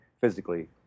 physically